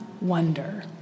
wonder